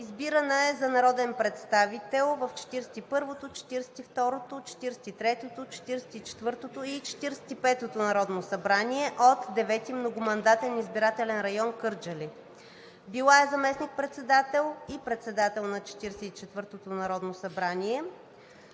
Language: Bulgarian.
Избирана е за народен представител в 41-вото, 42-рото, 43-тото, 44-тото и 45-ото народно събрание от Девети многомандатен изборен район – Кърджали. Била е заместник-председател и председател на 44-тото народно събрание.